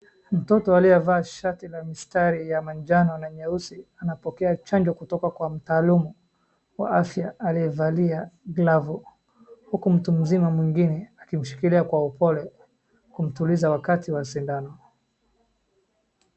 Mtoto aliyevaa shati la mstari ya manjano na nyeusi anapokea chanjo kutoka kwa mtaalumu wa afya aliyevalia glavu huku mtu mzima mwingine akimshikilia kwa upole kumtuliza wakati wa sindano.